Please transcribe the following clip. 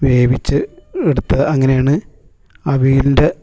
വേവിച്ച് എടുത്ത് അങ്ങനെ ആണ് അവിയലിൻ്റെ